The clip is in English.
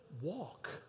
walk